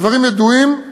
הדברים ידועים.